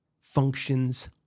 functions